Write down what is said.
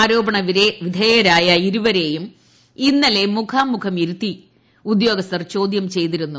ആരോപണവിധേയരായ ഇരുവരെയും ഇന്നലെ മുഖാമുഖം ഇരുത്തി ഉദ്യോഗസ്ഥർ ചോദ്യം ചെയ്തിരുന്നു